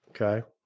Okay